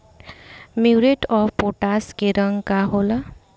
Muriate of potash के रंग का होला?